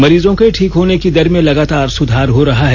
मरीजों के ठीक होने की दर में लगातार सुधार हो रहा है